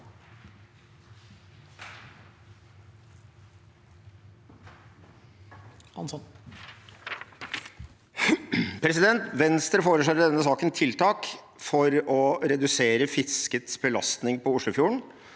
for saken): Venstre foreslår i denne saken tiltak for å redusere fiskets belastning på Oslofjorden